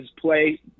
play